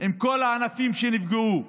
עם כל הענפים שנפגעו.